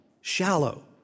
shallow